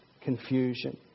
confusion